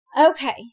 Okay